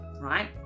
right